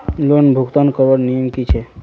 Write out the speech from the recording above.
Loan भुगतान करवार नियम की छे?